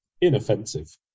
inoffensive